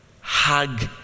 Hug